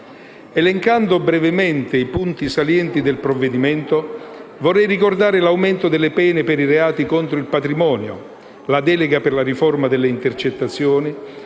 Elencando brevemente i punti salienti del provvedimento, vorrei ricordare l'aumento delle pene per i reati contro il patrimonio; la delega per la riforma delle intercettazioni,